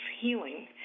healing